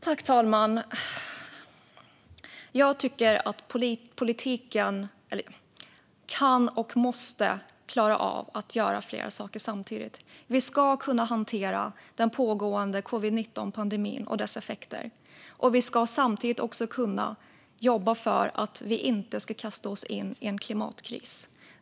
Fru talman! Jag tycker att politiken kan och måste klara av att göra flera saker samtidigt. Vi ska kunna hantera den pågående covid-19-pandemin och dess effekter och samtidigt jobba för att vi inte ska kasta oss in i en klimatkris.